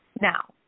Now